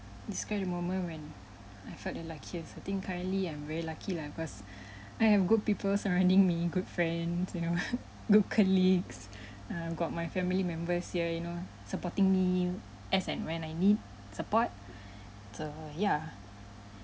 describe the moment when I felt the luckiest I think currently I'm very lucky lah because I have good people surrounding me good friends you know good colleagues err got my family members here you know supporting me as and when I need support so ya